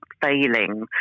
failing